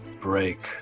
break